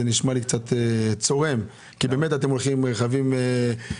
זה נשמע לי קצת צורם כי באמת אתם נוסעים ברכבים מדוגמים.